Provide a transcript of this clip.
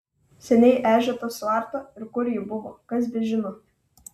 seniai ežia ta suarta ir kur ji buvo kas bežino